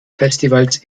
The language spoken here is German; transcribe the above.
festivals